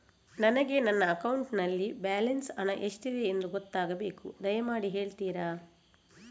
ನನಗೆ ನನ್ನ ಅಕೌಂಟಲ್ಲಿ ಬ್ಯಾಲೆನ್ಸ್ ಹಣ ಎಷ್ಟಿದೆ ಎಂದು ಗೊತ್ತಾಗಬೇಕು, ದಯಮಾಡಿ ಹೇಳ್ತಿರಾ?